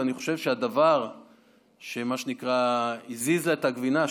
ואני חושב שהדבר שהזיז לה את הגבינה,